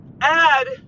add